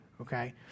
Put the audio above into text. okay